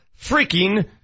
freaking